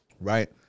right